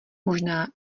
možná